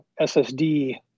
SSD